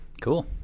Cool